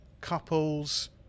couples